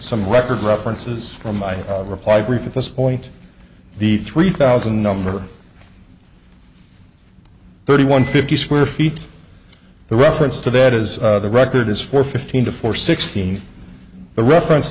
some record references from my reply brief at this point the three thousand number thirty one fifty square feet the reference to that is the record is four fifteen to four sixteen the reference